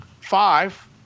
five